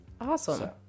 Awesome